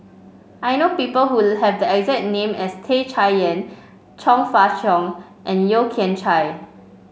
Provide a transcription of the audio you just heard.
I know people who have the exact name as Tan Chay Yan Chong Fah Cheong and Yeo Kian Chai